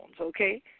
okay